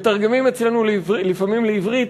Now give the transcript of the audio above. מתרגמים אצלנו לפעמים לעברית,